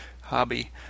hobby